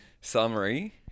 summary